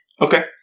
Okay